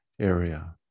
area